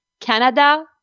Canada